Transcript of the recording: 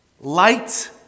Light